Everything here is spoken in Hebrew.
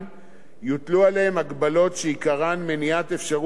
הגבלות שעיקרן מניעת אפשרות ליהנות